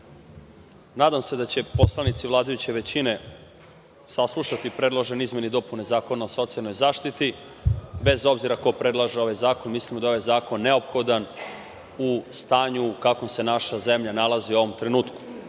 Hvala. Nadam se da će poslanici vladajuće većine saslušati predložene izmene i dopune Zakona o socijalnoj zaštiti bez obzira ko predlaže ovaj zakon. Mislimo da je ovaj zakon neophodan u stanju u kakvom se naša zemlja nalazi u ovom trenutku. Ustavni